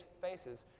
faces